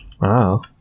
Wow